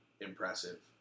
impressive